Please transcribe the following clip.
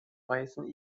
weisen